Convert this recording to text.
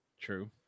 True